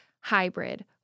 hybrid